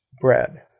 bread